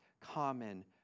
common